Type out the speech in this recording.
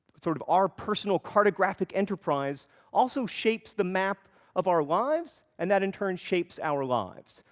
sort of, our personal cartographic enterprise also shapes the map of our lives, and that in turn shapes our lives.